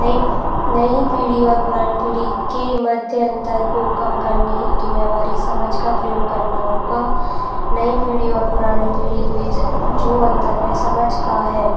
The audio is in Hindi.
नई नई पीढ़ी और पुरानी पीढ़ी के मध्य अंतर को कम करने हेतु व्यवहारिक समाज का प्रयोग करना होगा नई पीढ़ी और पुरानी पीढ़ी के बीच जो अंतर वह समझ का है